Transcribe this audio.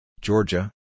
Georgia